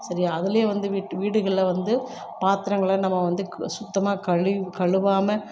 சரியா அதுலேயே வந்து வீடுகளில் வந்து பாத்திரங்களை நம்ம வந்து சுத்தமாக கழுவி கழுவாமல்